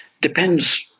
Depends